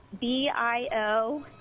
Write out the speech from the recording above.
B-I-O